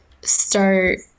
start